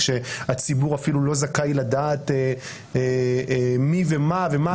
כשהציבור אפילו לא זכאי לדעת מי ומה,